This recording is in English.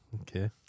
okay